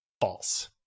false